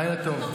לילה טוב.